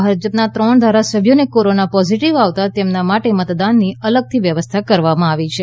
ભાજપના ત્રણ ધારાસભ્યને કોરોના પોઝિટિવ આવતા તેમના માટે મતદાનની અલગથી વ્યવસ્થા કરવામાં આવી છે